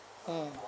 mm